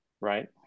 right